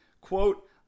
Quote